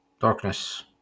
darkness